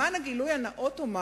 למען הגילוי הנאות אומר